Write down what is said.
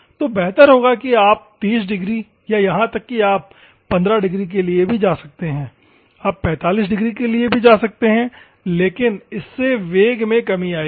तो बेहतर होगा कि 30 डिग्री या यहां तक कि आप 15 डिग्री के लिए भी जा सकते हैं आप 45 डिग्री के लिए जा सकते हैं लेकिन इससे वेग में कमी आएगी